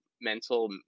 mental